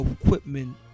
equipment